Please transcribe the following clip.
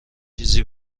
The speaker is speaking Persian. چیزی